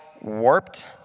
warped